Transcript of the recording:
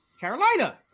Carolina